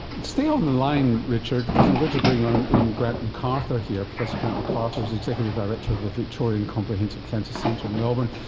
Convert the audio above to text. stay on the line richard, because i'm going to bring in grant mcarthur here, professor grant mcarthur is executive director of the victorian comprehensive cancer centre in melbourne,